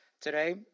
today